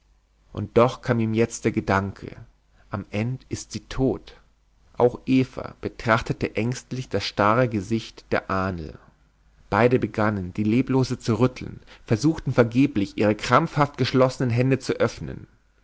und doch kam ihm jetzt der gedanke am end ist sie tot auch eva betrachtete ängstlich das starre gesicht der ahnl beide begannen die leblose zu rütteln versuchten vergeblich ihre krampfhaft geschlossenen hände zu öffnen